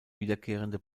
wiederkehrende